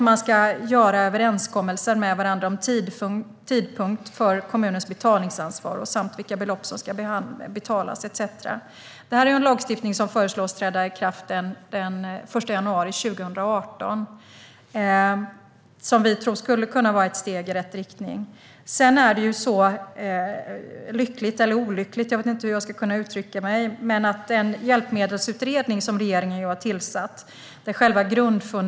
Man ska göra överenskommelser med varandra om tidpunkt för kommunens betalningsansvar samt vilka belopp som ska betalas etcetera. Det här är en lagstiftning som föreslås träda i kraft den 1 januari 2018 och som vi tror skulle kunna vara ett steg i rätt riktning. Sedan är det så lyckligt eller olyckligt - jag vet inte hur jag ska uttrycka mig - att den hjälpmedelsutredning som regeringen har tillsatt lämnar sitt betänkande i morgon den 31 maj.